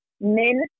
Men